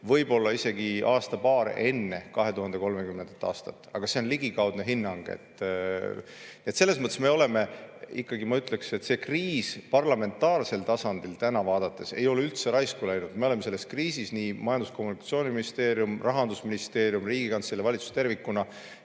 võib-olla isegi aasta-paar enne 2030. aastat. Aga see on ligikaudne hinnang. Nii et selles mõttes ma ütleksin, et see kriis parlamentaarsel tasandil täna vaadates ei ole üldse raisku läinud. Me oleme selles kriisis, nii Majandus- ja Kommunikatsiooniministeerium, Rahandusministeerium, Riigikantselei, valitsus tervikuna